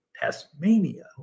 Tasmania